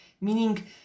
meaning